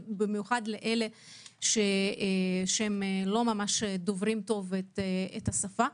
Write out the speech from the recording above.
במיוחד לאלה שלא ממש דוברים טוב את השפה.